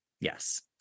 Yes